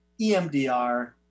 EMDR